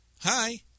Hi